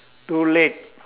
too late